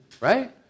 right